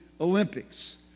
Olympics